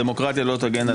הדמוקרטיה לא תגן עלינו.